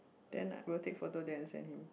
then I we'll take photo then I send him